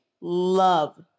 love